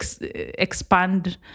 expand